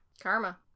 Karma